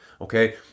okay